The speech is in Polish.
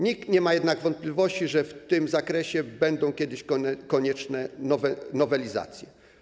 Nikt nie ma jednak wątpliwości, że w tym zakresie będą kiedyś konieczne nowelizacje.